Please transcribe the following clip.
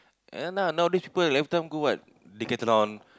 ya lah nowadays people every time go what decathlon